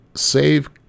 save